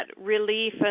relief